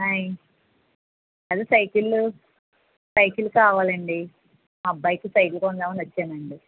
ఆయ్ అదే cycle cycle కావాలండి మా అబ్బాయికి సైకిల్ కొందామని వచ్చానండి